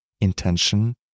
intention